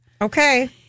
Okay